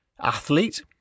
Athlete